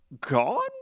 gone